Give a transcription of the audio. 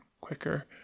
quicker